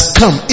come